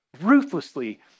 ruthlessly